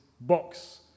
box